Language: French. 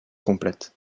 complète